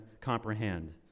comprehend